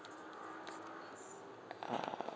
ah